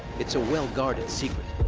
it's a well-guarded secret.